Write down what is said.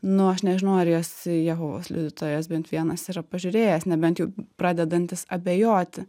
nu aš nežinau ar jas jehovos liudytojas bent vienas yra pažiūrėjęs nebent jau pradedantis abejoti